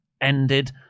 ended